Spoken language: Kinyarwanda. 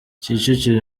kicukiro